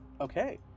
Okay